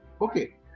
Okay